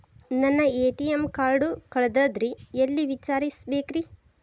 ನನ್ನ ATM card ಕಳದದ್ರಿ ಎಲ್ಲಿ ವಿಚಾರಿಸ್ಬೇಕ್ರಿ?